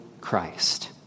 Christ